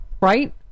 Right